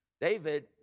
David